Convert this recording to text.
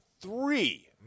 three